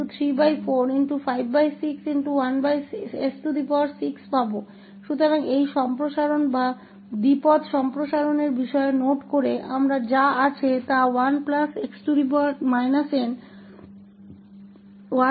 इसी तरह यहां हम 1234561s6 प्राप्त करेंगे